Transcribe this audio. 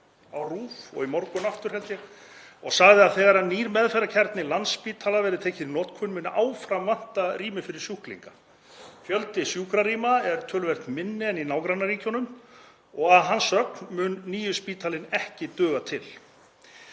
á RÚV og í morgun aftur, held ég, og sagði að þegar nýr meðferðarkjarni Landspítala verði tekinn í notkun muni áfram vanta rými fyrir sjúklinga. Fjöldi sjúkrarýma er töluvert minni en í nágrannaríkjunum og að hans sögn mun nýi spítalinn ekki duga til.